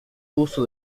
uso